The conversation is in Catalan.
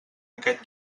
aquest